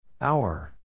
Hour